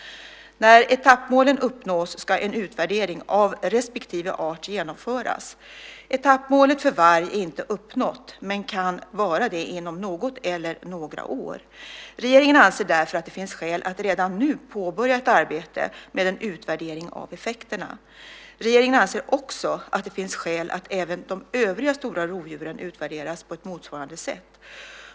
När etappmålen uppnås ska en utvärdering av respektive art genomföras. Etappmålet för varg är inte uppnått men kan vara det inom något eller några år. Regeringen anser därför att det finns skäl att redan nu påbörja ett arbete med en utvärdering av effekterna. Regeringen anser också att det finns skäl att även de övriga stora rovdjuren utvärderas på ett motsvarande sätt.